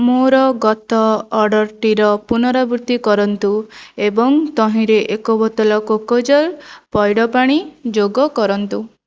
ମୋର ଗତ ଅର୍ଡ଼ରଟିର ପୁନରାବୃତ୍ତି କରନ୍ତୁ ଏବଂ ତହିଁରେ ଏକ ବୋତଲ କୋକୋଜଲ ପଇଡ଼ ପାଣି ଯୋଗ କରନ୍ତୁ